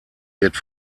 wird